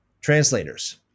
translators